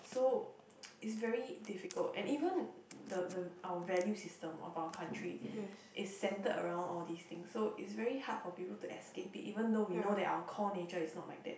so it's very difficult and even the the our value system of our country is centered around all these things so it's very hard for people to escape it even though we know that our core nature is not like that